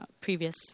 previous